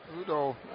Udo